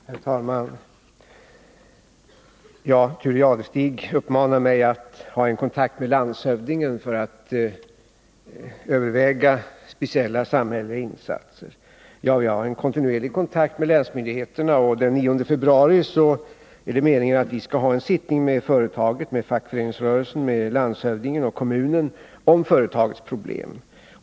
Herr talman! Thure Jadestig uppmanade mig att ta en kontakt med landshövdingen för att överväga speciella samhälleliga insatser. Jag har kontinuerlig kontakt med länsmyndigheterna. Den 9 februari är det meningen att vi skall ha en sittning med företaget, facket, landshövdingen och kommunen om företagets problem.